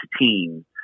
team